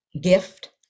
gift